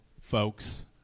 folks